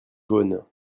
jaune